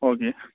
okay